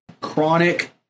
chronic